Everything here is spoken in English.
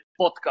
podcast